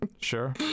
sure